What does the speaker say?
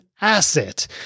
asset